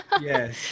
Yes